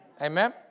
Amen